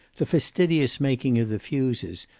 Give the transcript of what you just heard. the fastidious making of the fuses,